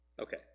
Okay